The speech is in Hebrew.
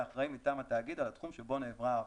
האחראי מטעם התאגיד על התחום שבו נעברה העבירה".